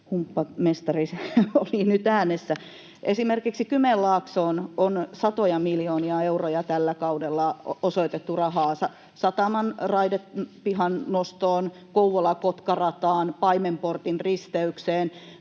humppamestari oli nyt äänessä. Esimerkiksi Kymenlaaksoon on satoja miljoonia euroja tällä kaudella osoitettu rahaa sataman raidepihan nostoon, Kouvola—Kotka-rataan, Paimenportin risteykseen.